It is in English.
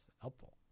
helpful